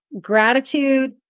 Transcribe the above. Gratitude